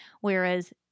Whereas